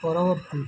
ପରବର୍ତ୍ତୀ